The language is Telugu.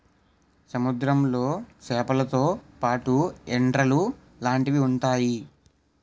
సముద్రంలో సేపలతో పాటు ఎండ్రలు లాంటివి ఉంతాయి